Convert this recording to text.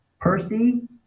Percy